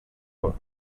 for